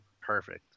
perfect